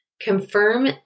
Confirm